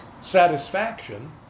satisfaction